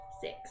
Six